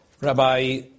Rabbi